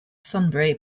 sunbury